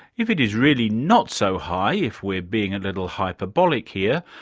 if it is really not so high, if we're being a little hyperbolic here,